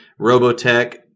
Robotech